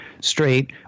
straight